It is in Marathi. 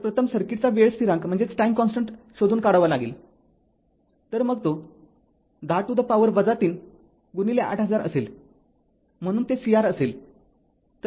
तर प्रथम सर्किटचा वेळ स्थिरांक शोधून काढावा लागेल तर मग तो १० to the power ३ गुणिले ८००० असेल म्हणून ते CR आहे